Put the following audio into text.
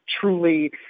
truly